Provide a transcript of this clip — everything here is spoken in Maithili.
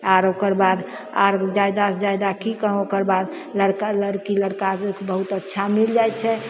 आर ओकर बाद आर जादासँ जादा की कहौ ओकरबाद लड़का लड़की लड़का जे से बहुत अच्छा मिल जाइ छै